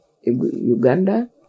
Uganda